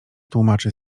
tłumaczy